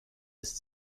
ist